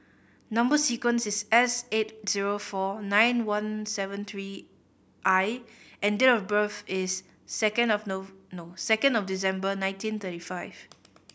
number sequence is S eight zero four nine one seven three I and date of birth is second of second of December nineteen thirty five